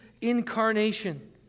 incarnation